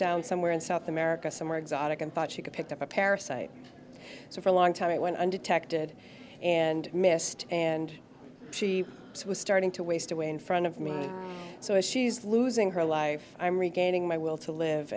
down somewhere in south america somewhere exotic and thought she could pick up a parasite so for a long time it went undetected and missed and she was starting to waste away in front of me so as she's losing her life i'm regaining my will to live